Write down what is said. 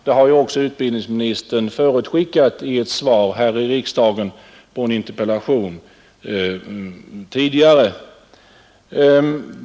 Det har ju också utbildningsministern förutskickat i ett svar på en interpellation här i riksdagen tidigare.